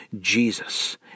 Jesus